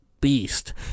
beast